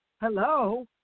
Hello